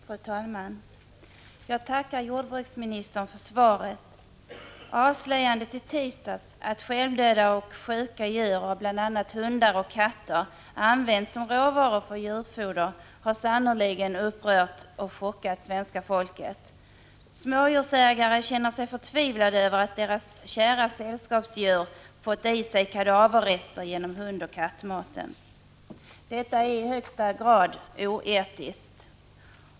Fru talman! Jag tackar jordbruksministern för svaret. Avslöjandet i tisdags, att självdöda och sjuka djur — bl.a. hundar och katter — används som råvara i djurfoder, har sannerligen upprört och chockerat svenska folket. Smådjursägare känner sig förtvivlade över att deras kära sällskapsdjur fått i sig kadaverrester genom hundoch kattmaten. Att självdöda och sjuka djur används vid denna tillverkning är i högsta grad oetiskt.